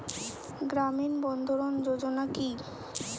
গ্রামীণ বন্ধরন যোজনা কি?